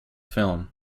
film